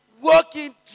working